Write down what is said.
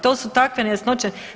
To su takve nejasnoće.